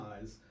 eyes